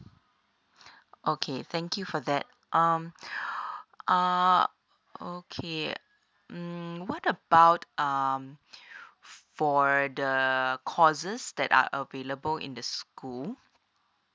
okay thank you for that um err okay mm what about um for the courses that are available in the school